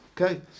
Okay